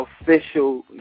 official